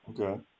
okay